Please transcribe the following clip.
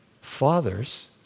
Fathers